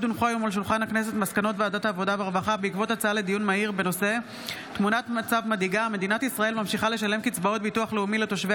מסקנות ועדת העבודה והרווחה בעקבות דיון מהיר בהצעתם של חברי